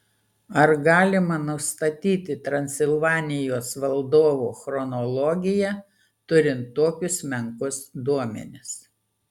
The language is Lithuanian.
ar galima nustatyti transilvanijos valdovų chronologiją turint tokius menkus duomenis